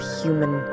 human